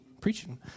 preaching